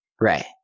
Right